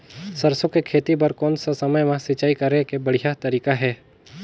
सरसो के खेती बार कोन सा समय मां सिंचाई करे के बढ़िया तारीक हे?